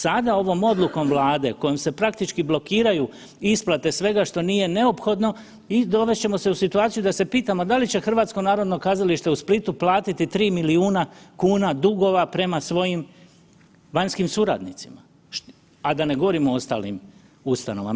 Sada ovom odlukom Vlade kojom se praktički blokiraju isplate svega što nije neophodno i dovest ćemo se u situaciju da se pitamo da li će HNK u Splitu platiti 3 milijuna kuna dugova prema svojim vanjskim suradnicima, a da ne govorim o ostalim ustanovama.